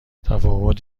تفاوت